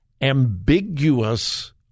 ambiguous